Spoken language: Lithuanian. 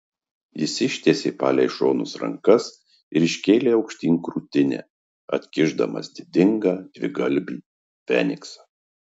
jis ištiesė palei šonus rankas ir iškėlė aukštyn krūtinę atkišdamas didingą dvigalvį feniksą